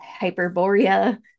Hyperborea